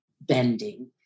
bending